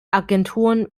agenturen